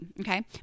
Okay